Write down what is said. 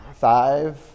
Five